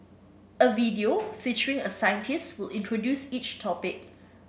a video featuring a scientist will introduce each topic